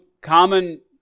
common